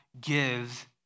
gives